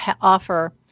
offer